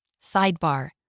Sidebar